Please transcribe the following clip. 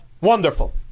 Wonderful